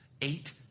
Eight